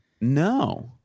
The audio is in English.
no